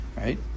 Right